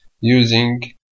using